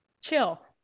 chill